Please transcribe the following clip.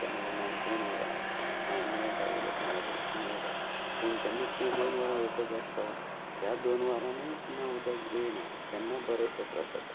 केन्ना केन्नााय दोन वरां मेळटा उदक मेळटा तशें मेळटा पूण जेन्ना तें दोन वरां येवपाचें आसता त्या दोन वरांनीय जेन्ना उदक येयना तेन्ना बरेशे त्रास जाता